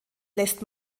lässt